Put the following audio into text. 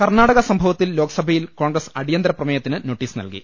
കർണാടക സംഭവത്തിൽ ലോക്സഭയിൽ കോൺഗ്രസ് അടി യന്തരപ്രമേയത്തിന് നോട്ടീസ് നല്കി